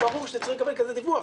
ברור שאתם צריכים לקבל כזה דיווח.